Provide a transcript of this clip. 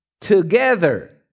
together